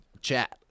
chat